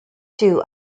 two